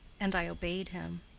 and i obeyed him.